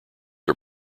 are